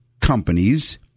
companies